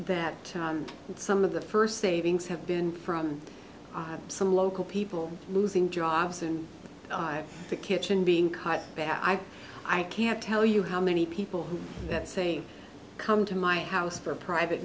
that some of the first savings have been from some local people losing jobs and the kitchen being cut back i can't tell you how many people who that saying come to my house for private